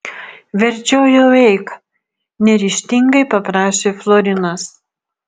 verčiau jau eik neryžtingai paprašė florinas